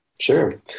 Sure